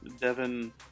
Devin